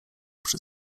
przy